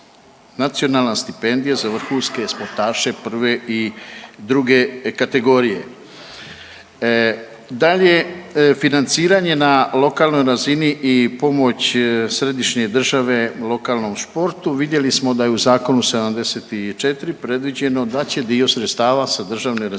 Nacionalna stipendija za vrhunske sportaše prve i druge kategorije. Dalje, financiranje na lokalnoj razini i pomoć središnje države lokalnom športu. Vidjeli smo da je u zakonu 74 predviđeno da će dio sredstava sa državne razine